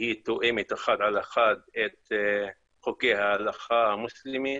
שתואמת אחד לאחד את חוקי ההלכה המוסלמית